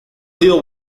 sido